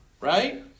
Right